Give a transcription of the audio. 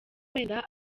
wenda